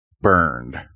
burned